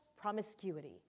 promiscuity